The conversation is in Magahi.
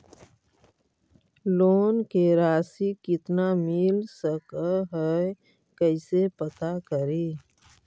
लोन के रासि कितना मिल सक है कैसे पता करी?